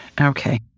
Okay